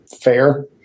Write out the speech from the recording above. fair